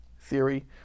theory